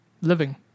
Living